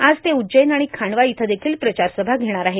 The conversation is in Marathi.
आज ते उज्जैन आणि खांडवा इथं देखील प्रचार सभा घेणार आहेत